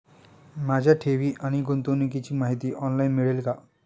माझ्या ठेवी आणि गुंतवणुकीची माहिती ऑनलाइन मिळेल का?